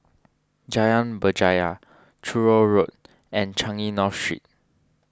Jalan Berjaya Truro Road and Changi North Street